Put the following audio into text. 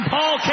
Paul